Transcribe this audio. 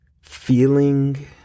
Feeling